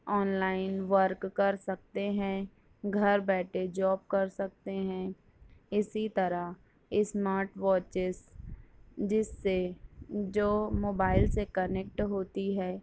on line work کر سکتے ہیں گھر بیٹھے جاب کر سکتے ہیں اسی طرح اسمارٹ واچیز جس سے جو موبائل سے کنیکٹ ہوتی ہے